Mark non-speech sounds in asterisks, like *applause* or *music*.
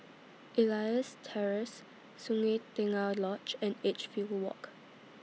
*noise* Elias Terrace Sungei Tengah Lodge and Edgefield Walk